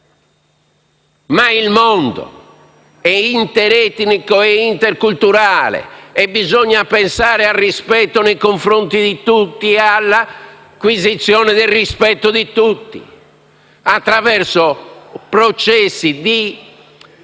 - è inter-etnico e interculturale; bisogna pertanto pensare al rispetto nei confronti di tutti e all'acquisizione del rispetto di tutti attraverso processi di